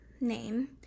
name